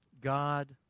God